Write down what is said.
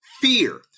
Fear